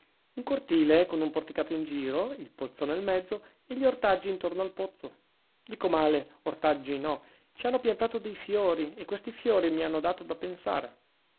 un cortile con un porticato in giro il pozzo nel mezzo e gli ortaggi intorno al pozzo dico male ortaggi no ci hanno piantato dei fiori e questi fiori mi hanno dato da pensare